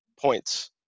points